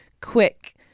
quick